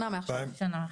שנה מעכשיו.